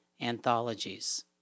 anthologies